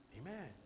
Amen